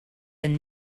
and